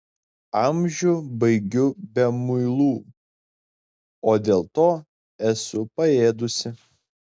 amžių baigiu be muilų o dėl to esu paėdusi